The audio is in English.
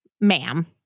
ma'am